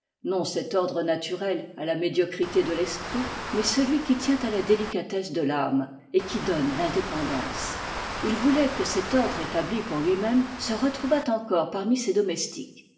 non cet ordre naturel à la médiocrité de l'esprit mais celui qui tient à la délicatesse de l'âme et qui donne l'indépendance il vouloit que cet ordre établi pour lui-même se retrouvât encore parmi ses domestiques